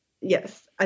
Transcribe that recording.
yes